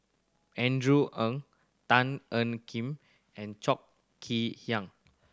Andrew Ang Tan Ean Kiam and Cho Kee Hiang